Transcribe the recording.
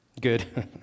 Good